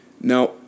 Now